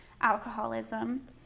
alcoholism